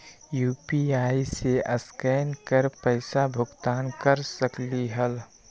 UPI से scan कर पईसा भुगतान कर सकलीहल?